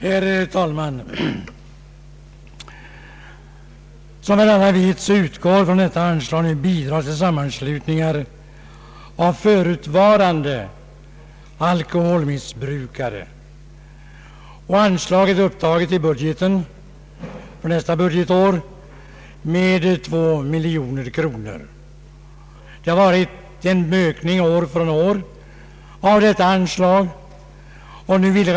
Herr talman! Som alla vet utgår från det anslag det här gäller bidrag till sammanslutningar av förutvarande alkoholmissbrukare. Anslaget har för nästa budgetår beräknats till 2 miljoner kronor. Det har skett en ökning av anslaget år från år.